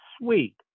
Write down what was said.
sweet